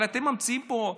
אבל אתם ממציאים פה.